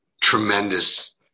tremendous